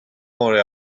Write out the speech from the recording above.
pointed